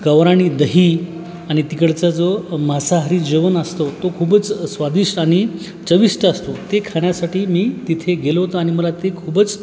गावरान दही आणि तिकडचा जो मांसाहारी जेवण असतो तो खूपच स्वादिष्ट आणि चविष्ट असतो ते खाण्यासाठी मी तिथे गेलो होतो आणि मला ते खूपच